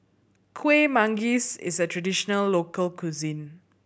Kueh Manggis is a traditional local cuisine